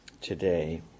today